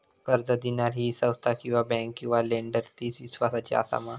कर्ज दिणारी ही संस्था किवा बँक किवा लेंडर ती इस्वासाची आसा मा?